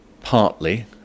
partly